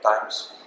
times